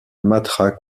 matra